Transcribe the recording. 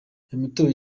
imitobe